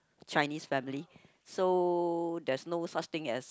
Chinese family so there's no such thing as